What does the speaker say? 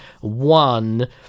one